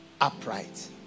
upright